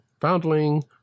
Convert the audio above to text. foundling